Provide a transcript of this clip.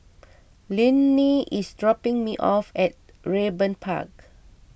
Linnie is dropping me off at Raeburn Park